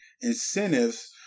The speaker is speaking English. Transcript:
incentives